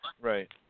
right